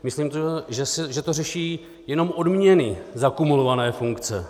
Myslím si, že to řeší jenom odměny za kumulované funkce.